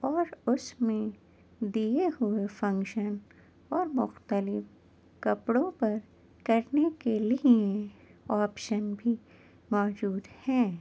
اور اس میں دیے ہوئے فنکشن اور مختلف کپڑوں پر کرنے کے لیے آپشن بھی موجود ہے